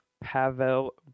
Pavel